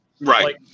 Right